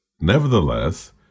Nevertheless